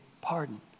pardon